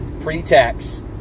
pre-tax